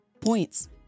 Points